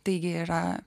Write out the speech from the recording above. taigi yra